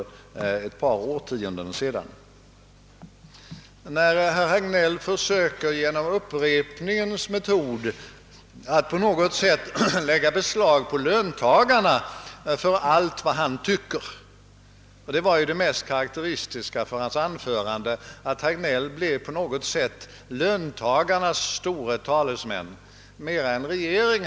Men har man inte mer än ett visst antal kan man inte trolla och det blir inte flera bakelser för barnen tillsammans hur man än delar. Kanske skulle då något av barnen fråga, om det inte på andra områden förhåller sig på samma sätt som med bakelserna.